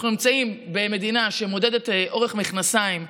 אנחנו נמצאים במדינה שמעודדת אורך מכנסיים לבנות,